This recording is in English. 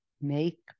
Make